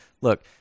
look